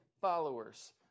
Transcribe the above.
followers